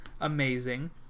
amazing